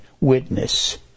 witness